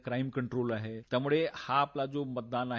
crime control आहे यामुळे हे आपल्याला मतदान आहे